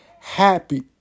Happy